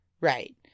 Right